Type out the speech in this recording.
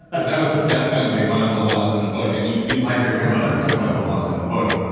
and that was definitely one of the laws in the book. eat eat like your grandmother is one of the laws in the book,